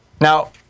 Now